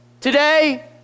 today